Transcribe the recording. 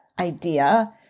idea